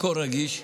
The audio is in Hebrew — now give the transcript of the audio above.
הכול רגיש,